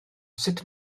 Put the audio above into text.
sut